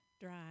dry